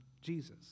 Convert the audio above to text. Jesus